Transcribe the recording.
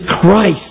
Christ